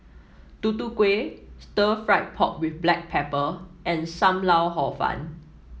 Tutu Kueh Stir Fried Pork with Black Pepper and Sam Lau Hor Fun